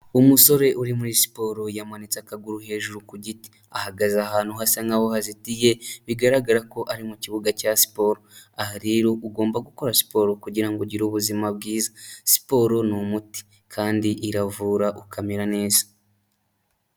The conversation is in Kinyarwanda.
Umusore uri muri siporo yamanitse akaguru hejuru ku giti, ahagaze ahantu hasa nkaho hazitiye bigaragara ko ari mu kibuga cya siporo, aha rero ugomba gukora siporo kugira ngo ugire ubuzima bwiza, siporo ni umuti kandi iravura ukamera neza.